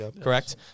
correct